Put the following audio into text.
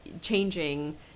changing